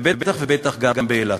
ובטח ובטח גם באילת.